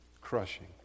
crushing